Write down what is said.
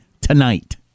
tonight